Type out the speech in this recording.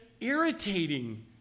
irritating